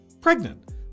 pregnant